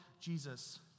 Jesus